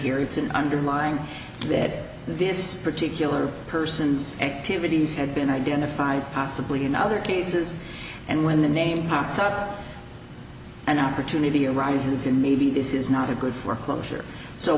here it's an underlying that this particular person's activities have been identified possibly you know other cases and when the name pops up an opportunity arises and maybe this is not a good foreclosure so